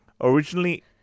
originally